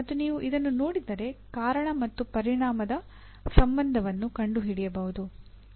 ಮತ್ತು ನೀವು ಇದನ್ನು ನೋಡಿದರೆ ಕಾರಣ ಮತ್ತು ಪರಿಣಾಮದ ಸಂಬಂಧವನ್ನು ಕಂಡುಹಿಡಿಯಬಹುದು